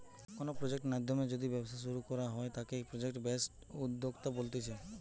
কোনো প্রজেক্ট নাধ্যমে যদি ব্যবসা শুরু করা হয় তাকে প্রজেক্ট বেসড উদ্যোক্তা বলতিছে